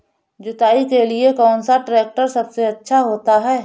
जुताई के लिए कौन सा ट्रैक्टर सबसे अच्छा होता है?